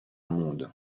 monde